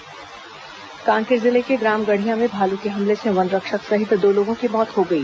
भालू हमला मौत कांकेर जिले के ग्राम गढ़िया में भालू के हमले से वनरक्षक सहित दो लोगों की मौत हो गई